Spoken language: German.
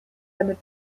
damit